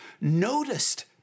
noticed